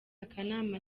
akanama